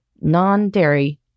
Non-Dairy